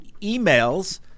emails